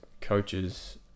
coaches